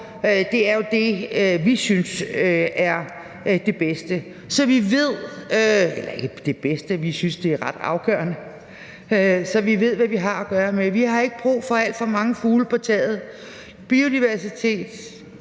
det er ret afgørende – så vi ved, hvad vi har at gøre med. Vi har ikke brug for alt for mange fugle på taget.